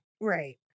Right